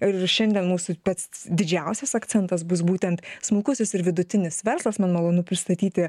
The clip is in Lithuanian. ir šiandien mūsų pats didžiausias akcentas bus būtent smulkusis ir vidutinis verslas man malonu pristatyti